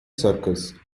circus